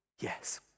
Yes